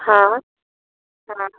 हां हां